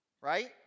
right